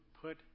put